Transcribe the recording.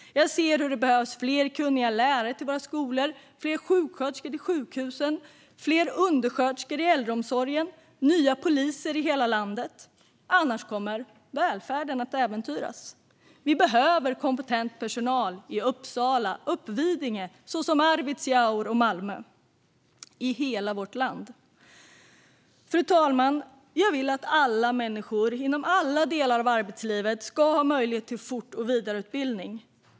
Jag ser att det behövs fler kunniga lärare till våra skolor, fler sjuksköterskor till sjukhusen, fler undersköterskor till äldreomsorgen och nya poliser i hela landet, för annars kommer välfärden att äventyras. Vi behöver kompetent personal i Uppsala, Uppvidinge, Arvidsjaur och Malmö, ja, i hela vårt land. Fru talman! Jag vill att alla människor inom alla delar av arbetslivet ska ha möjlighet till fort och vidareutbildning.